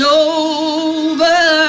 over